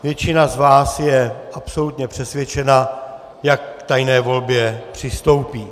Většina z vás je absolutně přesvědčena, jak k tajné volbě přistoupí.